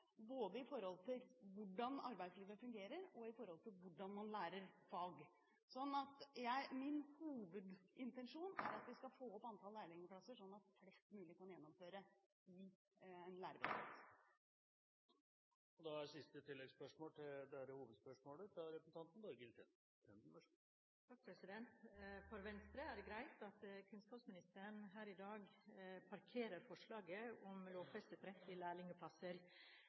både når det gjelder hvordan arbeidslivet fungerer, og hvordan man lærer et fag. Min hovedintensjon er at vi skal få opp antallet lærlingplasser, sånn at flest mulig kan gjennomføre i en lærebedrift. Borghild Tenden – til siste oppfølgingsspørsmål til dette hovedspørsmålet. For Venstre er det greit at kunnskapsministeren i dag parkerer forslaget om lovfestet rett til lærlingplasser. Men så er det sånn at vi savner konkrete grep i